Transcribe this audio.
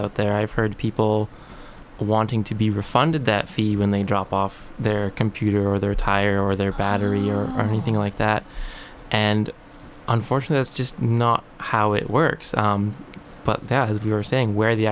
out there i've heard people wanting to be refunded that fee when they drop off their computer or their tire or their battery or anything like that and unfortunately just not how it works but that is we are saying where the